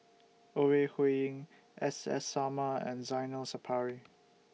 Ore Huiying S S Sarma and Zainal Sapari